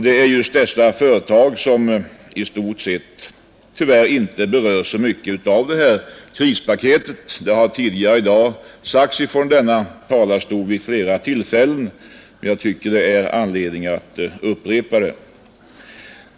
Det är just dessa företag som tyvärr i stort sett inte berörs så mycket av det här krispaketet. Det har tidigare i dag sagts från denna talarstol vid flera tillfällen, men jag tycker att det finns anledning att upprepa det.